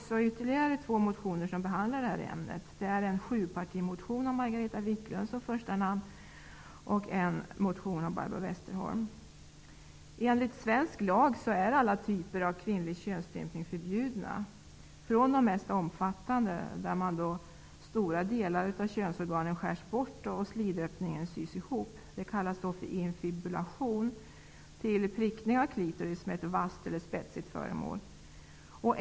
Det finns ytterligare två motioner som behandlar ämnet: en sjupartimotion med Margareta Viklund som första namn och en motion av Barbro Enligt svensk lag är alla typer av kvinnlig könsstympning förbjudna. Detta gäller allt från de mest omfattande, där stora delar av könsorganen skärs bort och slidöppningen sys ihop -- det kallas infibulation --, till prickning av clitoris med ett vasst eller spetsigt föremål.